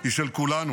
היא של כולנו.